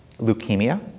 leukemia